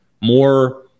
more